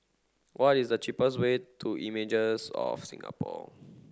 what is the cheapest way to Images of Singapore